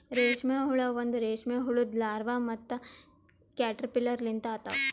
ರೇಷ್ಮೆ ಹುಳ ಒಂದ್ ರೇಷ್ಮೆ ಹುಳುದು ಲಾರ್ವಾ ಮತ್ತ ಕ್ಯಾಟರ್ಪಿಲ್ಲರ್ ಲಿಂತ ಆತವ್